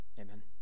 Amen